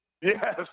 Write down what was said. Yes